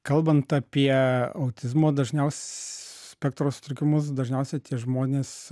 kalbant apie autizmo dažniaus pektro sutrikimus dažniausiai tie žmonės